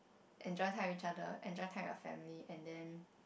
enjoy time with each other enjoy time with your family and then